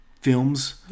films